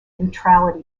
neutrality